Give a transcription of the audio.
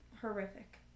Horrific